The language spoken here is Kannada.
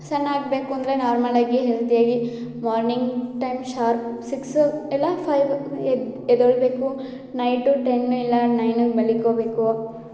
ಸಣ್ಣ ಆಗಬೇಕು ಅಂದ್ರೆ ನಾರ್ಮಲಾಗಿ ಹೆಲ್ತಿಯಾಗಿ ಮಾರ್ನಿಂಗ್ ಟೈಮ್ ಶಾರ್ಪ್ ಸಿಕ್ಸ್ ಇಲ್ಲಾ ಫೈವ್ ಎದ್ದೇಳ್ಬೇಕು ನೈಟು ಟೆನ್ನು ಇಲ್ಲಾ ನೈನು ಮಲಿಕ್ಕೊಬೇಕು